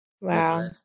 Wow